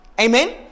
Amen